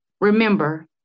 Remember